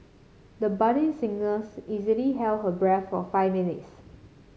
the budding singers easily held her breath for five minutes